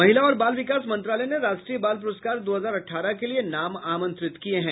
महिला और बाल विकास मंत्रलाय ने राष्ट्रीय बाल पुरस्कार दो हजार अठारह के लिए नाम आमंत्रित किये हैं